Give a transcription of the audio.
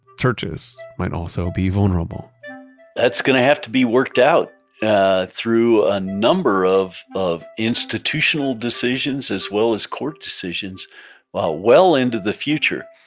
churches might also be vulnerable that's going have to be worked out ah through a number of of institutional decisions as well as court decisions well well into the future.